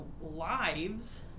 lives